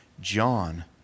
John